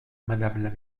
madame